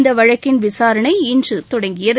இந்த வழக்கின் விசாரணை இன்று தொடங்கியது